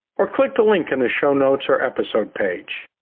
or click the link in the show notes or episode page.